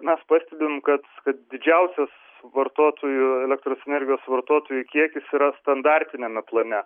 mes pastebim kad kad didžiausias vartotojų elektros energijos vartotojų kiekis yra standartiniame plane